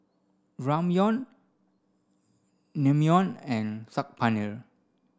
Ramyeon Naengmyeon and Saag Paneer